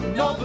no